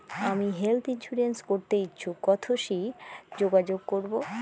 আমি health insurance করতে ইচ্ছুক কথসি যোগাযোগ করবো?